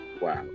Wow